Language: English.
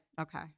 okay